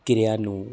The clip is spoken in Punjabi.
ਕਿਰਿਆ ਨੂੰ